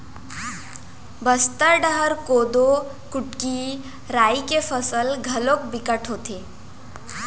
बस्तर डहर कोदो, कुटकी, राई के फसल घलोक बिकट होथे